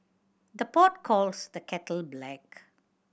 the pot calls the kettle black